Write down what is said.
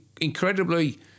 incredibly